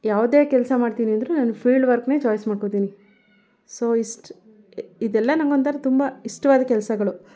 ಯಾವುದೇ ಕೆಲಸ ಮಾಡ್ತೀನಿ ಅಂದರು ನನಗೆ ಫೀಲ್ಡ್ ವರ್ಕ್ನೆ ಚಾಯ್ಸ್ ಮಾಡ್ಕೊಳ್ತೀನಿ ಸೊ ಇಷ್ಟ ಇದೆಲ್ಲ ನನ್ಗೊಂಥರ ತುಂಬ ಇಷ್ಟವಾದ ಕೆಲಸಗಳು